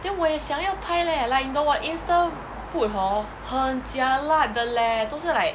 then 我也想要拍 leh like 你懂我 insta food hor 很 jialat 的 leh 都是 like